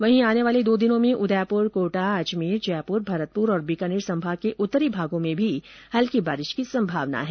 वहीं आने वाले दो दिनों में उदयपुर कोटा अजमेर जयपुर भरतपुर और बीकानेर संभाग के उत्तरी भागों में भी हल्की बारिश की संभावना है